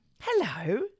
Hello